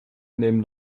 nehmen